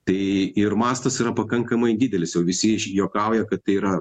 tai ir mastas yra pakankamai didelis jau visi iš juokauja kad tai yra